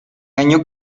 año